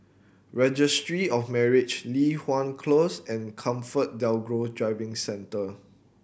Registry of Marriage Li Hwan Close and ComfortDelGro Driving Centre